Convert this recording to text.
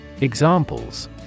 Examples